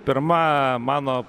pirma mano